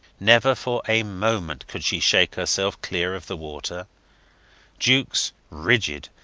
never for a moment could she shake herself clear of the water jukes, rigid,